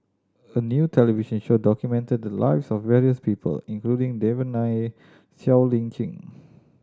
a new television show documented the lives of various people including Devan Nair Siow Lee Chin